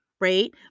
right